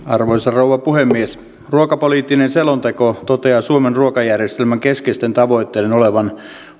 arvoisa rouva puhemies ruokapoliittinen selonteko toteaa suomen ruokajärjestelmän keskeisten tavoitteiden olevan